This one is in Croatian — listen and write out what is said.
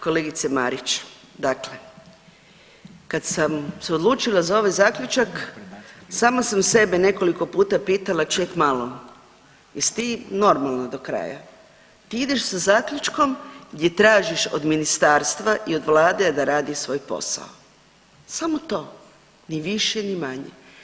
Kolegice Marić, dakle kad sam se odlučila za ovaj zaključak samo sam sebe nekoliko puta pitala ček malo jesi ti normalna do kraja, ti ideš sa zaključkom gdje tražiš od ministarstva i od vlade da radi svoj posao, samo to, ni više ni manje.